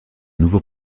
nouveau